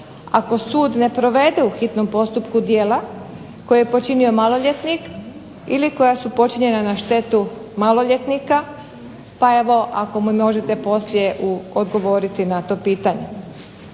ako sud ne provede u hitnom postupku djela koje je počinio maloljetnik, ili koja su počinjena na štetu maloljetnika, pa evo ako mi možete poslije odgovoriti na to pitanje.